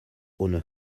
ohne